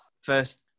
first